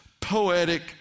poetic